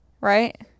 right